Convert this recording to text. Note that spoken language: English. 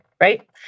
right